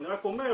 אני רק אומר,